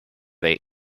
they